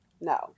No